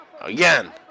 Again